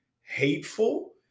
hateful